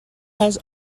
has